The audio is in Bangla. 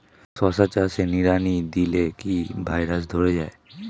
শশা চাষে নিড়ানি দিলে কি ভাইরাস ধরে যায়?